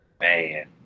Man